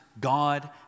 God